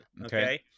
Okay